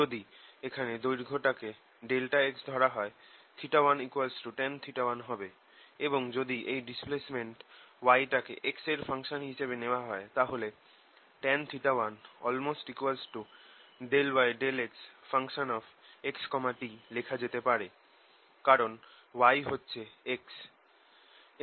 যদি এখানে দৈর্ঘ্যটাকে ∆x ধরা হয় 1tan1 হবে এবং যদি এই ডিসপ্লেসমেন্ট y টাকে x এর ফাংশন হিসেবে নেওয়া হয় তাহলে tan1∂y∂xxt লেখা যেতে পারে কারণ y হচ্ছে x